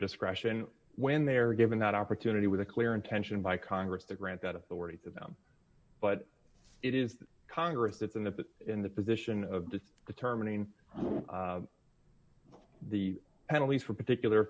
discretion when they are given that opportunity with a clear intention by congress to grant that authority to them but it is congress that's in the in the position of the determining the penalties for particular